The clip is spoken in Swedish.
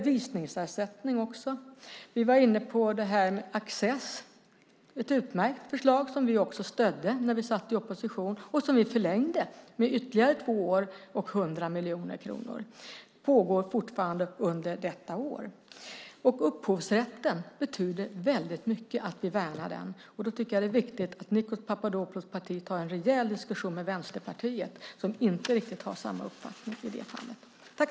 Visningsersättningen höjs också. Vi var inne på access. Det är ett utmärkt förslag, som vi också stödde när vi satt i opposition. Vi förlängde dessutom detta med ytterligare två år och 100 miljoner kronor. Det pågår fortfarande under detta år. Det betyder väldigt mycket att vi värnar upphovsrätten. Det är viktigt att Nikos Papadopoulos parti tar en rejäl diskussion med Vänsterpartiet, som inte riktigt har samma uppfattning i den frågan.